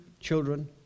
Children